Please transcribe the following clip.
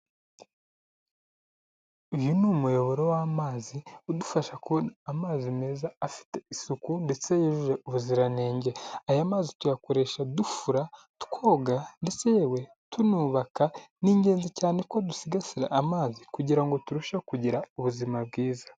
Uyu ni umuyoboro w'amazi udufasha kubona amazi meza afite isuku ndetse yujuje ubuziranenge aya mazi tuyakoresha dufura twoga ndetse yewe tunubaka ni ingenzi cyane ko dusigasira amazi kugirango turusheho kugira ubuzima bwiza .